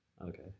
Okay